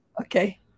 Okay